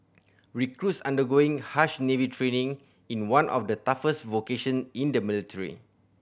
recruits undergoing harsh Navy training in one of the toughest vocation in the military